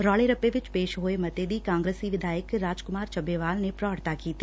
ਰੋਲੇ ਰੱਪੇ ਵਿਚ ਪੇਸ਼ ਹੋਣੇ ਮਤੇ ਦੀ ਕਾਂਗਰਸੀ ਵਿਧਾਇਕ ਰਾਜ ਕੁਮਾਰ ਚੱਬੇਵਾਲ ਨੇ ਪ੍ਰੋੜਤਾ ਕੀਤੀ